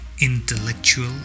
intellectual